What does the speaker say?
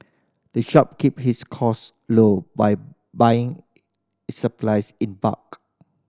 the shop keep his cost low by buying its supplies in bulk